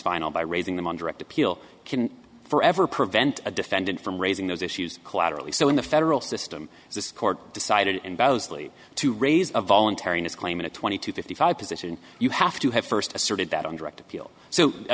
final by raising them on direct appeal can forever prevent a defendant from raising those issues collaterally so in the federal system this court decided and badly to raise a voluntariness claim in a twenty two fifty five position you have to have first asserted that on direct appeal so i